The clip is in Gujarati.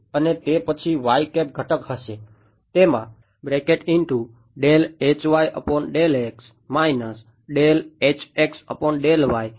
અને તે પછી ઘટક હશે તેમાં હોવો જોઈએ